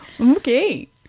Okay